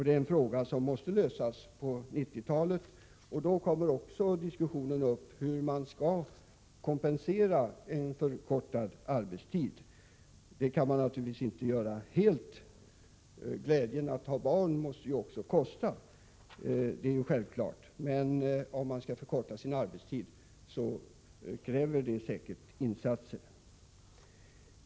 Det är en fråga som måste lösas på 90-talet. Då måste vi ta upp en diskussion om hur förkortningen av arbetstiden skall kompenseras. Det kan man naturligtvis inte göra helt. Glädjen att ha barn måste också kosta — det är ju självklart. Men om man skall förkorta sin arbetstid, så krävs det säkert insatser.